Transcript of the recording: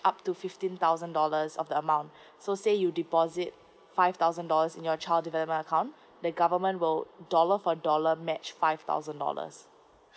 up to fifteen thousand dollars of the amount so say you deposit five thousand dollars in your child development account the government will dollar for dollar match five thousand dollars